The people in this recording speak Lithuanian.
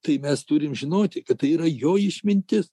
tai mes turim žinoti kad tai yra jo išmintis